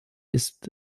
ist